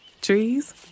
Trees